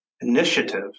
initiative